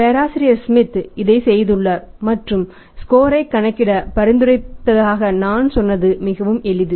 பேராசிரியர் ஸ்மித் இதைச் செய்துள்ளார் மற்றும் ஸ்கோரைக் கணக்கிட பரிந்துரைத்ததாக நான் சொன்னது மிகவும் எளிது